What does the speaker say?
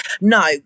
no